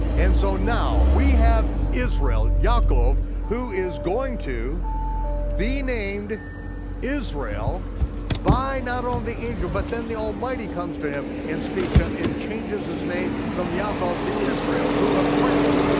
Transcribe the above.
and so now we have israel, yaakov, who is going to be named israel by not only the angel but then the almighty comes to him and speaks to him and changes his name from yaakov to israel, to a prince.